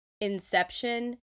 Inception